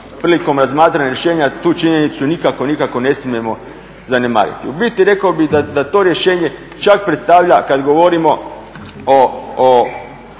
Prilikom razmatranja rješenja tu činjenicu nikako ne smijemo zanemariti. U biti rekao bih da to rješenje čak predstavlja kad govorimo o